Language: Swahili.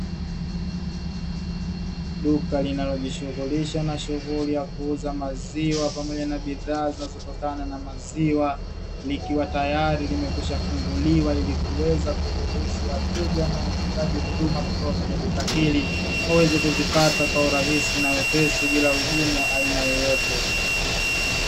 Duka linalojishunghulisha na uuzaji wa maziwa pamoja na bidhaa zinazotokana na maziwa, likiwa tayari limekwisha funguliwa ili kuweza kuruhusu wateja wanahitaji huduma kutoka kwenye duka hili waweze kuzipata kihurahisi na wepesi bila ugumu wa aina yoyote.